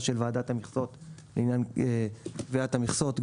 של ועדת המכסות לעניין קביעת המכסות.